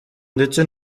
ndetse